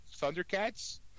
Thundercats